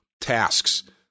tasks